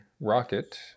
rocket